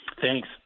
Thanks